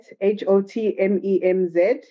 H-O-T-M-E-M-Z